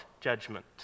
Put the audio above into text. judgment